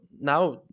now